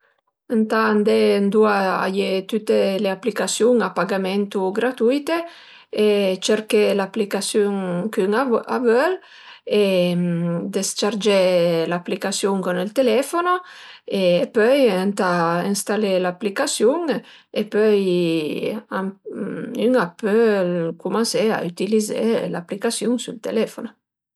Ëntà andé ëndua a ie tüte le aplicasiun a pagament u gratuite e cerché l'aplicasiun ch'ün a völ e dës-ciargé l'aplicasiun cun ël telefono e pöi ëntà instalè l'aplicasiun e pöi ün a pöl cumansé a utilizé l'aplicasiun s'ël telefono